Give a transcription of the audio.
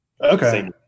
okay